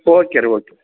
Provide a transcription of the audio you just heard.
okay ರೀ okay